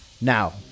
now